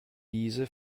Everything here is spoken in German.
diese